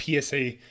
PSA